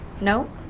No